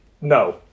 No